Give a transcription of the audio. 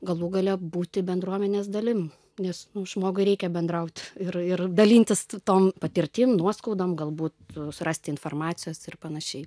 galų gale būti bendruomenės dalim nes nu žmogui reikia bendraut ir ir dalintis tom patirtim nuoskaudom galbūt surasti informacijos ir panašiai